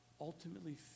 ultimately